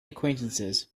acquaintances